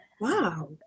Wow